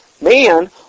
man